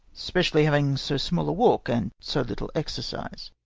specially having so small a walk and so little exercise.